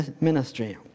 ministry